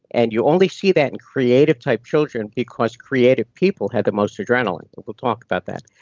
and you only see that in creative type children because creative people have the most adrenaline. we'll talk about that.